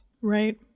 Right